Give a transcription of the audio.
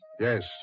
Yes